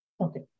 Okay